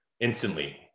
instantly